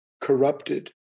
corrupted